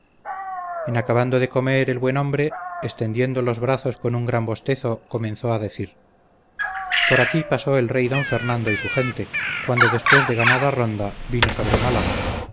acabando de comer el buen hombre extendiendo los brazos con un gran bostezo comenzó a decir por aquí pasó el rey don fernando y su gente cuando después de ganada ronda vino sobre málaga